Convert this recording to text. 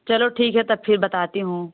चलो ठीक है तब फिर बताती हूँ